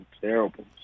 terrible